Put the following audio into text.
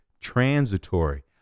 transitory